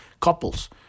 Couples